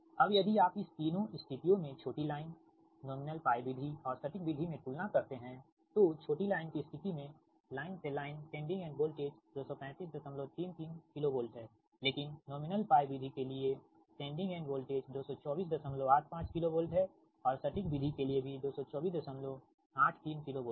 अबयदि आप इस तीनों स्थितियों में छोटी लाइन नाममात्र π विधि और सटीक विधि में तुलना करते हैं तो छोटी लाइन की स्थिति में लाइन से line sending end voltage 23533 KV है लेकिन नाममात्र πविधि के लिए सेंडिंग एंड वोल्टेज 22485 KV है और सटीक विधि के लिए भी 22483 KV है